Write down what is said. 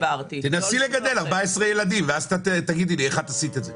תנסי לגדל 14 ילדים ואז תגידי לי איך עשית את זה.